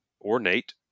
ornate